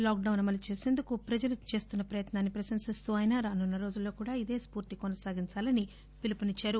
lockdown అమలు చేసేందుకు ప్రజలు చేస్తున్న ప్రయత్నా లను ప్రశంసిస్తూ ఆయన రానున్న రోజుల్లో కూడా ఇదే స్పూర్తి కొనసాగించాలని పిలుపునిచ్చారు